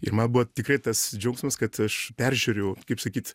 ir man buvo tikrai tas džiaugsmas kad aš peržiūriu kaip sakyt